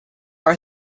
are